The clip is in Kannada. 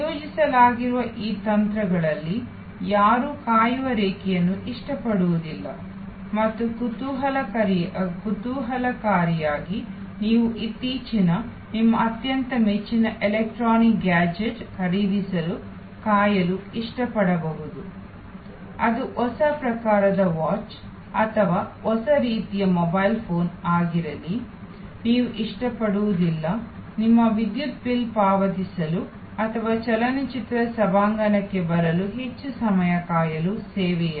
ನಿಯೋಜಿಸಲಾಗಿರುವ ಈ ತಂತ್ರಗಳಲ್ಲಿ ಯಾರೂ ಸರದಿ ಕಾಯುವುದನ್ನು ಇಷ್ಟಪಡುವುದಿಲ್ಲ ಮತ್ತು ಕುತೂಹಲಕಾರಿಯಾಗಿ ನೀವು ಇತ್ತೀಚಿನ ನಿಮ್ಮ ಅತ್ಯಂತ ಮೆಚ್ಚಿನ ಎಲೆಕ್ಟ್ರಾನಿಕ್ ಗ್ಯಾಜೆಟ್ ಖರೀದಿಸಲು ಕಾಯಲು ಇಷ್ಟಪಡಬಹುದು ಅದು ಹೊಸ ಪ್ರಕಾರದ ವಾಚ್ ಅಥವಾ ಹೊಸ ರೀತಿಯ ಮೊಬೈಲ್ ಫೋನ್ ಆಗಿರಲಿ ನೀವು ಇಷ್ಟಪಡುವುದಿಲ್ಲ ನಿಮ್ಮ ವಿದ್ಯುತ್ ಬಿಲ್ ಪಾವತಿಸಲು ಅಥವಾ ಚಲನಚಿತ್ರ ಸಭಾಂಗಣಕ್ಕೆ ಬರಲು ಹೆಚ್ಚು ಸಮಯ ಕಾಯಲು ಸೇವೆಯಲ್ಲಿ